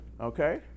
Okay